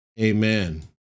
Amen